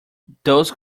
those